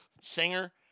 singer